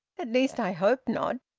at least i hope not.